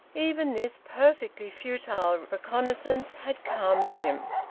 even this perfectly futile reconnaissance had calmed him.